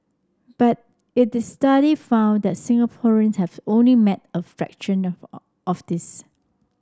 but it is study found that Singaporeans have only met a fraction of of this